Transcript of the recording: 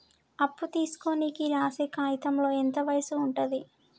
అప్పు తీసుకోనికి రాసే కాయితంలో ఎంత వయసు ఉంటది?